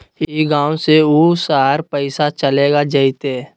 ई गांव से ऊ शहर पैसा चलेगा जयते?